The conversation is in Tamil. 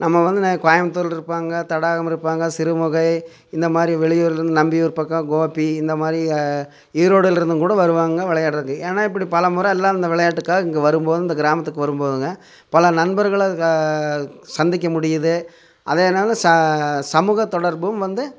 நம்ம வந்து நா கோயமுத்தூரில் இருப்பாங்க தடாகம் இருப்பாங்க சிறுமுகை இந்த மாதிரி வெளியூரிலிருந்து நம்பியூர் பக்கம் கோபி இந்த மாதிரி ஈரோடில் இருந்தும் கூட வருவாங்க விளையாடருக்கு ஏன்னால் இப்படி பலமுறை எல்லாம் இந்த விளையாட்டுக்காக இங்கே வரும்போது இந்த கிராமத்துக்கு வரும்போதுங்க பல நண்பர்களை சந்திக்க முடியுது அதே நேரம் ச சமூக தொடர்பும் வந்து